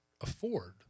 afford